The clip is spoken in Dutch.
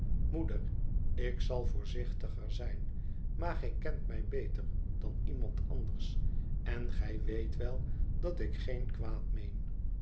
moeder ik zal voorzichtiger zijn maar gij kent mij beter dan iemand anders en gij weet wel dat ik geen kwaad meen